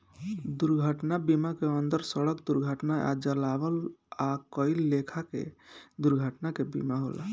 दुर्घटना बीमा के अंदर सड़क दुर्घटना आ जलावल आ कई लेखा के दुर्घटना के बीमा होला